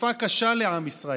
תקופה קשה לעם ישראל: